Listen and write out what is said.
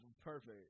perfect